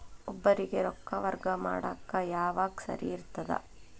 ಒಬ್ಬರಿಗ ರೊಕ್ಕ ವರ್ಗಾ ಮಾಡಾಕ್ ಯಾವಾಗ ಸರಿ ಇರ್ತದ್?